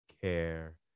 care